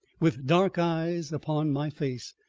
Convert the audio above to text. with dark eyes upon my face,